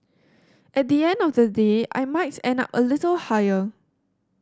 at the end of the day I might end up a little higher